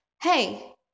hey